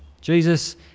jesus